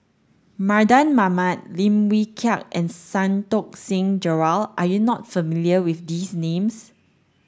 Mardan Mamat Lim Wee Kiak and Santokh Singh Grewal are you not familiar with these names